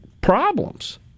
problems